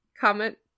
comment